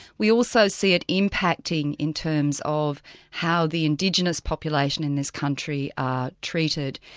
we also see it impacting in terms of how the indigenous population in this country are treated,